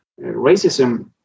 racism